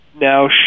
now